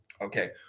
Okay